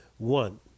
One